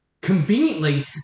conveniently